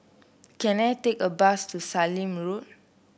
can I take a bus to Sallim Road